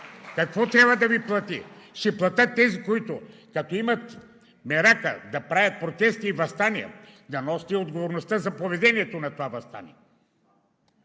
Какво трябва да Ви плати? Ще платят тези, които, като имат мерака да правят протести и въстания, да носят и отговорността за поведението на това въстание.